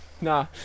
Nah